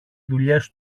δουλειές